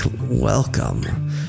Welcome